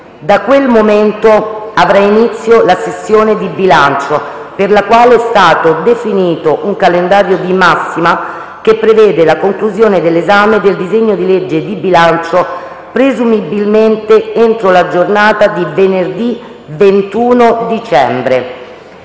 Da quel momento avrà inizio la sessione di bilancio, per la quale è stato definito un calendario di massima che prevede la conclusione dell’esame del disegno di legge di bilancio presumibilmente entro la giornata di venerdì 21 dicembre.